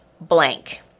blank